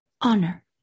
honor